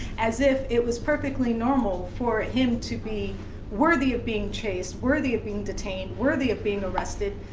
as if it was perfectly normal for him to be worthy of being chased, worthy of being detained, worthy of being arrested,